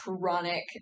chronic